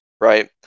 right